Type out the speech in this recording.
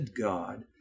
God